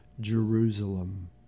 Jerusalem